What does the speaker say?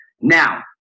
now